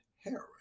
heroin